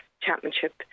championship